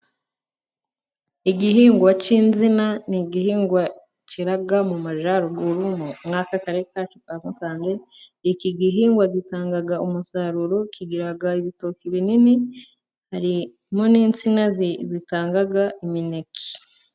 Igihingwa cy'insina ni igihingwa cyera mu majyaruguru muri aka karere kacu ka Musanze. Iki gihingwa gitanga umusaruro kigira ibitoki binini, harimo n'insina zitanga imineke.